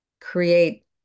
create